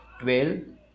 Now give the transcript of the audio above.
12